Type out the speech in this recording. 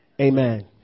Amen